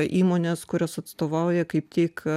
įmonės kurios atstovauja kaip tik